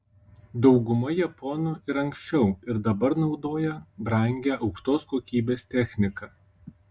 dauguma japonų ir anksčiau ir dabar naudoja brangią aukštos kokybės techniką